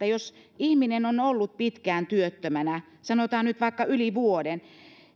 jos ihminen on ollut pitkään työttömänä sanotaan nyt vaikka yli vuoden